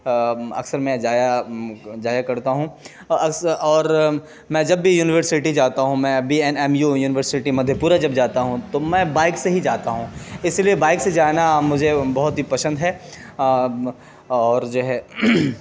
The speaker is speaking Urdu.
اکثر میں جایا جایا کڑتا ہوں اکثر اور میں جب بھی یونیورسٹی جاتا ہوں میں B N M U university مدھے پورہ جب جاتا ہوں تو میں بائک سے ہی جاتا ہوں اس لیے بائک سے جانا مجھے بہت ہی پسند ہے اور جو ہے